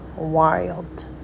wild